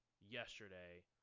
yesterday